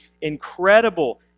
incredible